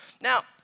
Now